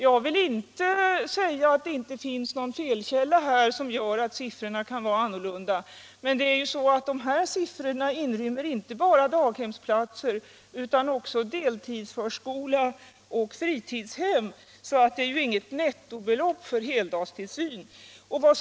Jag vill inte påstå att det inte finns någon felkälla som gör att siffrorna kan vara annorlunda, men i siffrorna ingår inte bara daghemsplatser utan också deltidsförskola och fritidshem. Det är alltså ingen nettosiffra för heldagstillsyn.